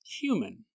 human